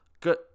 Good